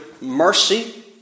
mercy